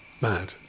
Mad